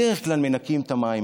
בדרך כלל מנקים את המים,